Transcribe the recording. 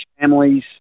families